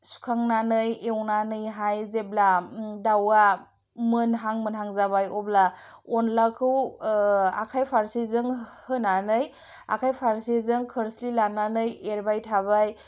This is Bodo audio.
सुखांनानै एवनानैहाय जेब्ला दावा मोनहां मोनहां जाबाय अब्ला अनलाखौ आखाइ फारसेजों होनानै आखाय फारसेजों खोरस्लि लानानै एरबाय थाबाय